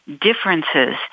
differences